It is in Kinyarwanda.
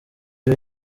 ibi